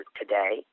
today